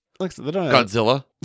Godzilla